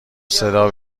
صدا